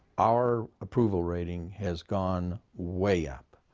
our approval rating has gone way up.